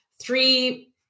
Three